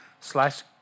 Slice